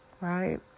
right